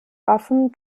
waffen